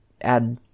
add